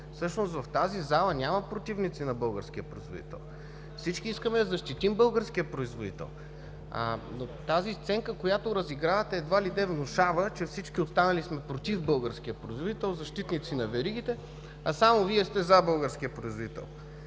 Всъщност в тази зала няма противници на българския производител. Всички искаме да защитим българския производител. Тази сценка, която разигравате, едва ли не внушава, че всички останали сме против българския производител, защитници на веригите, а само Вие сте „за“ българския производител.